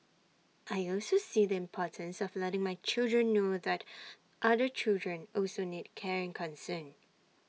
I also see the importance of letting my children know that other children also need care and concern